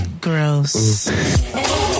Gross